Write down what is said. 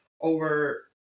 over